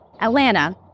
Atlanta